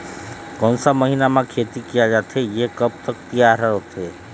कोन सा महीना मा खेती किया जाथे ये कब तक तियार होथे?